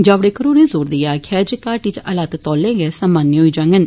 जावडेकर होरे जोर देइयै आक्खेआ जे घाटी च हालात तौले गै सामान्य होई जांगन